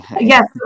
Yes